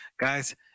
Guys